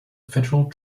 federal